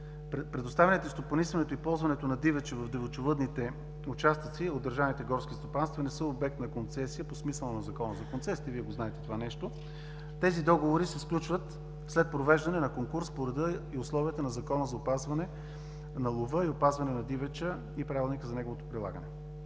предоставянето, стопанисването и ползването на дивеч в дивечовъдните участъци от държавните горски стопанства не са обект на концесия по смисъла на Закона за концесиите и Вие го знаете това нещо. Тези договори се сключват след провеждане на конкурс по реда и условията на Закона за опазване на лова и опазване на дивеча и Правилника за неговото прилагане.